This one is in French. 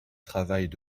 travaillent